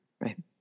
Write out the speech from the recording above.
right